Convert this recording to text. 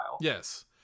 Yes